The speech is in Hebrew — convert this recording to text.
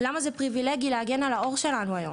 למה זו פריווילגיה להגן על העור שלנו היום?